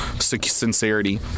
sincerity